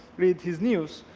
read his news,